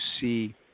see